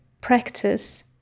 practice